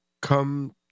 come